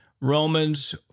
Romans